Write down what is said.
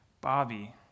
Bobby